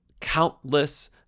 countless